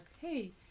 hey